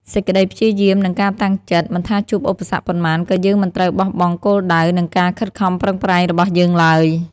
សេចក្តីព្យាយាម និងការតាំងចិត្ត មិនថាជួបឧបសគ្គប៉ុន្មាន ក៏យើងមិនត្រូវបោះបង់គោលដៅ និងការខិតខំប្រឹងប្រែងរបស់យើងឡើយ។